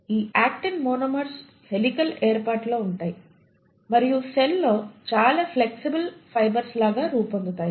ఈ actin monomers helical ఏర్పాటు లో ఉంటాయి మరియు సెల్ లో ఛాలా ఫ్లెక్సిబుల్ ఫైబర్స్ లాగా రూపొందుతాయి